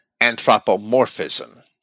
anthropomorphism